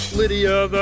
Lydia